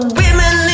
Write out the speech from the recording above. women